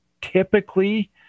typically